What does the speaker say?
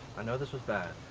i know this was bad.